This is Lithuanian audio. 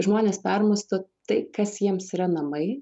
žmonės permąsto tai kas jiems yra namai